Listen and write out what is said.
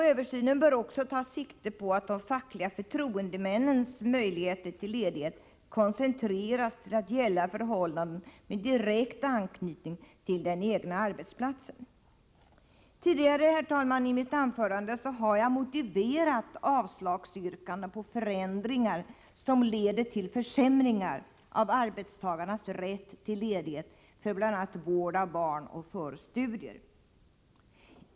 Översynen bör ta sikte på att de fackliga förtroendemännens möjligheter till ledighet koncentreras till att gälla förhållanden med direkt anknytning till den egna arbetsplatsen. Herr talman! Tidigare i mitt anförande har jag motiverat avslagsyrkanden på förslag om förändringar som leder till försämringar av arbetstagarnas rätt till ledighet för bl.a. vård av barn och för studier.